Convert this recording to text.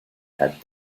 had